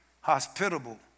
hospitable